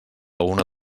una